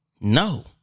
No